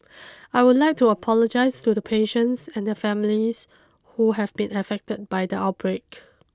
I would like to apologise to the patients and their families who have been affected by the outbreak